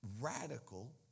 radical